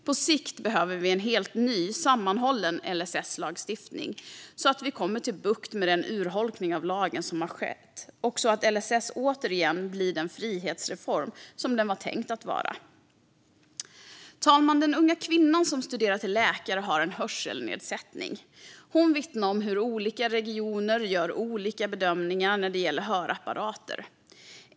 På sikt behövs en helt ny sammanhållen LSS-lagstiftning för att få bukt med urholkningen av lagen, så att LSS återigen blir den frihetsreform som den var tänkt att vara. Herr talman! Den unga kvinnan som studerar till läkare har en hörselnedsättning. Hon vittnar om hur olika regioner gör olika bedömningar när det gäller hörapparater.